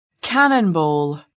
cannonball